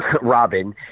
Robin